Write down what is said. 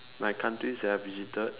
my countries that I have visited